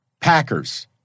Packers